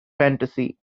fantasy